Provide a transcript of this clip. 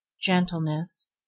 Gentleness